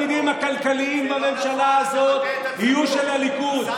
כל התפקידים הכלכליים בממשלה הזאת יהיו של הליכוד.